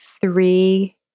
three